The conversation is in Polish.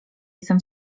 jestem